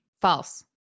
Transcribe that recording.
False